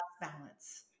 balance